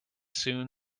soon